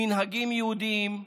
מנהגים יהודיים,